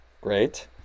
great